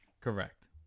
Correct